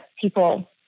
people